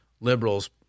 liberals